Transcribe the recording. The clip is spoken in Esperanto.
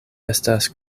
estas